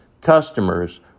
customers